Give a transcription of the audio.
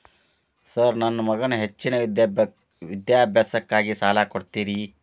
Sir ನನ್ನ ಮಗನ ಹೆಚ್ಚಿನ ವಿದ್ಯಾಭ್ಯಾಸಕ್ಕಾಗಿ ಸಾಲ ಕೊಡ್ತಿರಿ?